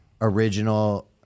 original